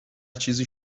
چیزی